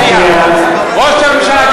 ראש הממשלה,